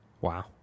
Wow